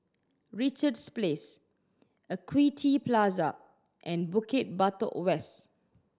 Richards Place Equity Plaza and Bukit Batok West